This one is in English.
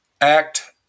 act